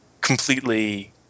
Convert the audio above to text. completely